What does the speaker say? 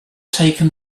taken